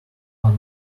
are